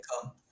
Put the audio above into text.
come